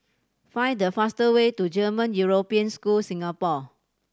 find the fastest way to German European School Singapore